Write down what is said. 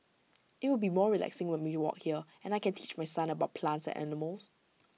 IT will be more relaxing when we walk here and I can teach my son about plants and animals